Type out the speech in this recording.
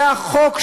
זה החוק,